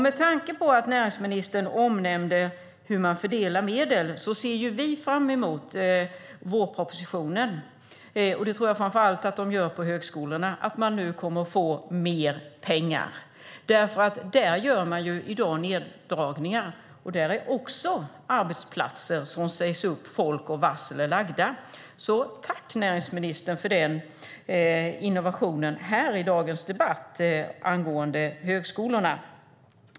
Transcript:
Med tanke på att näringsministern nämnde hur man fördelar medel ser vi fram emot vårpropositionen. Det tror jag att man framför allt på högskolorna också gör. Man ser fram emot att nu få mer pengar, för där görs i dag neddragningar. Där finns också arbetsplatser där folk sägs upp och där varsel är lagda. Jag tackar därför näringsministern för innovationen här i dagens debatt angående högskolorna.